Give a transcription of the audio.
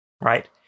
Right